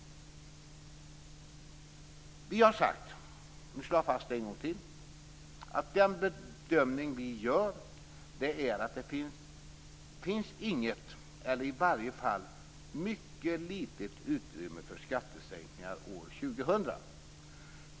Vi har sagt - nu slår jag fast det en gång till - att den bedömning som vi gör är att det inte finns något eller i varje fall mycket litet utrymme för skattesänkningar år 2000.